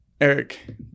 Eric